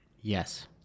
Yes